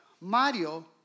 Mario